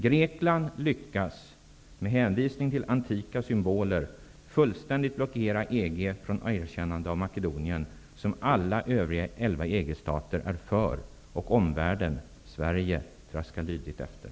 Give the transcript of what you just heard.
Grekland lyckas, med hänvisning till antika symboler, fullständigt blockera EG från att erkänna Makedonien, ett erkännande som de övriga elva EG-staterna är för, och omvärlden -- Sverige -- traskar lydigt efter.